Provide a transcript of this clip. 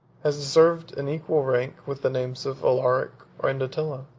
has deserved an equal rank with the names of alaric and attila.